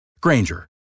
Granger